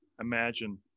Imagine